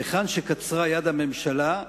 היכן שקצרה יד הממשלה,